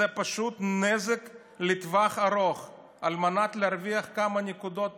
זה פשוט נזק לטווח ארוך על מנת להרוויח כמה נקודות פה,